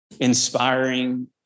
inspiring